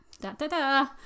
Da-da-da